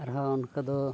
ᱟᱨᱦᱚᱸ ᱚᱱᱠᱟ ᱫᱚ